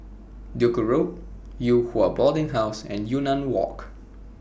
Duku Road Yew Hua Boarding House and Yunnan Walk